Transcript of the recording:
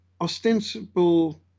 ostensible